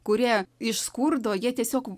kurie iš skurdo jie tiesiog